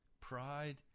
pride